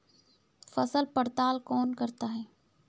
फसल पड़ताल कौन करता है?